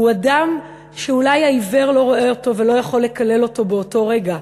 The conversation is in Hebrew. הוא אדם שאולי העיוור לא רואה אותו ולא יכול לקלל אותו באותו רגע,